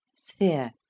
sphere.